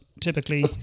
typically